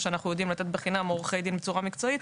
שאנחנו יודעים לתת בחינם בצורה מקצועית.